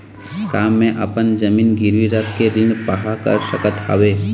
का मैं अपन जमीन गिरवी रख के ऋण पाहां कर सकत हावे?